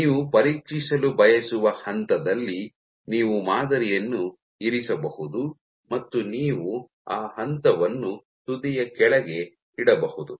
ನೀವು ಪರೀಕ್ಷಿಸಲು ಬಯಸುವ ಹಂತದಲ್ಲಿ ನೀವು ಮಾದರಿಯನ್ನು ಇರಿಸಬಹುದು ಮತ್ತು ನೀವು ಆ ಹಂತವನ್ನು ತುದಿಯ ಕೆಳಗೆ ಇಡಬಹುದು